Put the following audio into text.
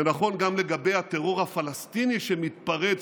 זה נכון גם לגבי הטרור הפלסטיני שמתפרץ